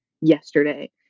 yesterday